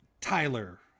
Tyler